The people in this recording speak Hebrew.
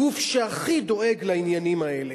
הגוף שהכי דואג לעניינים האלה.